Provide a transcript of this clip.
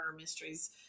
mysteries